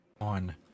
on